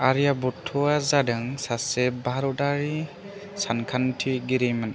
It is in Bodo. आर्याभत्त'या जादों सासे भारतारि सानखान्थिगिरिमोन